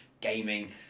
gaming